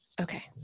Okay